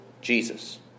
Jesus